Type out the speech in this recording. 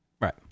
right